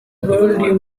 world